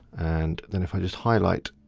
and then if i just highlight,